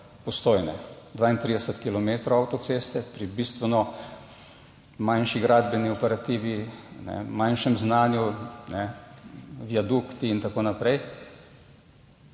Postojne, 32 kilometrov avtoceste pri bistveno manjši gradbeni operativi, manjšem znanju, viaduktih in tako naprej,